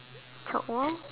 chalk wall